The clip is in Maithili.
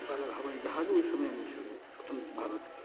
हुनका लग हवाइ जहाजो ओइ समयमे छलनि स्वतन्त्र भारतके